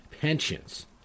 pensions